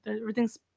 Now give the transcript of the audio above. everything's